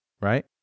right